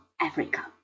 Africa